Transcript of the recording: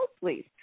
please